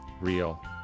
real